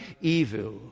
evil